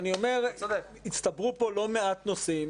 אני אומר שהצטברו פה לא מעט נושאים.